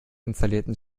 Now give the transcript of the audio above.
installierten